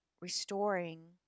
restoring